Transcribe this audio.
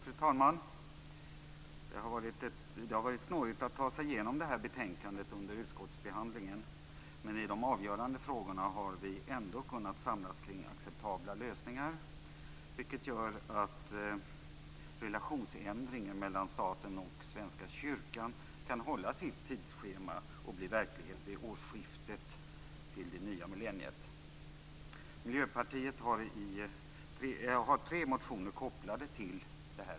Fru talman! Det har varit snårigt att ta sig igenom det här betänkandet under utskottsbehandlingen, men i de avgörande frågorna har vi ändå kunnat samlas kring acceptabla lösningar. Det gör att relationsändringen mellan staten och Svenska kyrkan kan hålla sitt tidsschema och bli verklighet vid årsskiftet till det nya millenniet. Miljöpartiet har tre motioner kopplade till det här betänkandet.